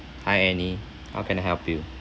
hi annie how can I help you